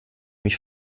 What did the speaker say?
mich